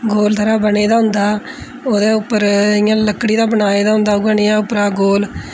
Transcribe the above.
गोल तरह् बने दा होंदा ओह्दे उप्पर इ'यां लकड़ी दा बनाए दा होंदा उ'ऐ नेहा उप्परा गोल